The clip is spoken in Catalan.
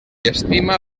estima